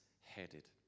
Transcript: headed